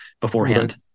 beforehand